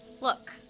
Look